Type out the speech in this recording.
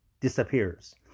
disappears